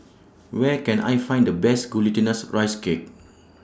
Where Can I Find The Best Glutinous Rice Cake